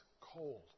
cold